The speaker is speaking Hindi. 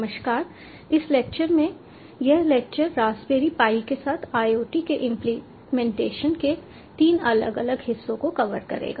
नमस्कार इस लेक्चर में यह लेक्चर रास्पबेरी पाई के साथ IoT के इंप्लीमेंटेशन के 3 अलग अलग हिस्सों को कवर करेगा